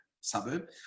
suburb